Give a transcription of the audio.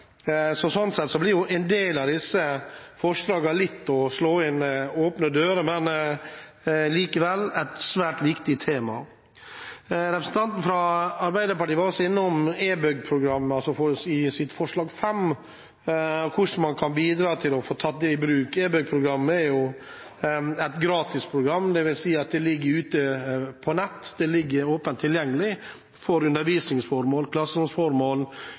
å slå inn åpne dører. Men likevel: Det er et svært viktig tema. Representanten fra Arbeiderpartiet var i forbindelse med forslag nr. 5 innom e-Bug-programmet og hvordan man kan bidra til å få tatt det i bruk. e-Bug-programmet er et gratisprogram, dvs. at det ligger åpent tilgjengelig ute på nettet til undervisningsformål, klasseromsformål, knyttet til demonstrasjoner og PowerPoint-presentasjoner. Det ligger